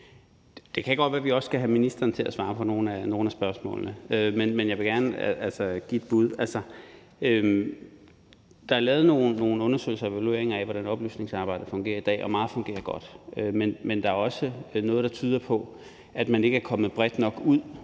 Det kan godt være, at vi også skal have ministeren til at svare på nogle af spørgsmålene, men jeg vil gerne give et bud. Der er lavet nogen undersøgelser og evalueringer af, hvordan oplysningsarbejdet fungerer i dag, og meget fungerer godt. Men der er også noget, der tyder på, at man ikke er kommet bredt nok ud til